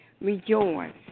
Rejoice